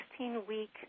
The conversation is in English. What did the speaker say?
16-week